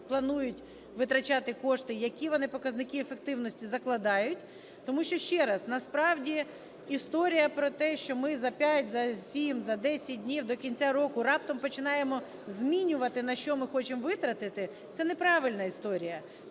планують витрачати кошти, які вони показники ефективності закладають, тому що, ще раз, насправді історія про те, що ми за 5, за 7, за 10 днів до кінця року раптом починаємо змінювати, на що ми хочемо витрати, - це неправильна історія,